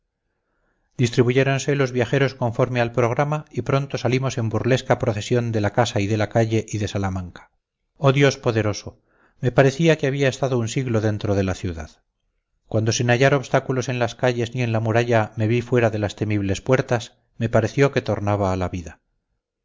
tarde distribuyéronse los viajeros conforme al programa y pronto salimos en burlesca procesión de la casa y de la calle y de salamanca oh dios poderoso me parecía que había estado un siglo dentro de la ciudad cuando sin hallar obstáculos en las calles ni en la muralla me vi fuera de las temibles puertas me pareció que tornaba a la vida